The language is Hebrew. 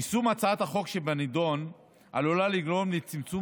יישום הצעת החוק שבנדון עלול לגרום לצמצום